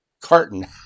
carton